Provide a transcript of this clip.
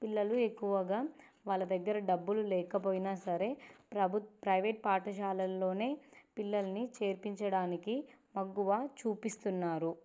పిల్లలు ఎక్కువగా వాళ్ళ దగ్గర డబ్బులు లేకపోయినా సరే ప్రభుత్ ప్రైవేట్ పాఠశాలల్లో పిల్లల్ని చేర్పించడానికి మొగ్గు చూపిస్తున్నారు